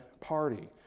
party